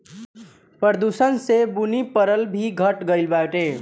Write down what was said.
प्रदूषण से बुनी परल भी घट गइल बाटे